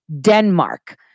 Denmark